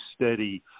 steady